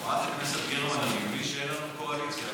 חברת הכנסת גרמן, אני מבין שאין לנו קואליציה.